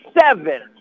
Seven